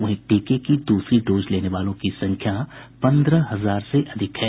वहीं टीके की दूसरी डोज लेने वालों की संख्या पंद्रह हजार से अधिक है